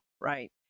right